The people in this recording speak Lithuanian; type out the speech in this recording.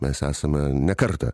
mes esame ne kartą